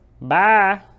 bye